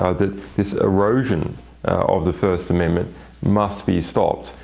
ah that this erosion of the first amendment must be stopped.